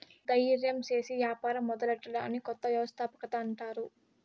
దయిర్యం సేసి యాపారం మొదలెట్టడాన్ని కొత్త వ్యవస్థాపకత అంటారు